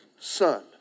Son